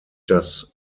das